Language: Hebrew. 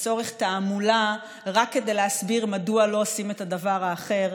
לצורך תעמולה רק כדי להסביר מדוע לא עושים את הדבר האחר,